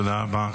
תודה רבה.